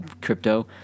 crypto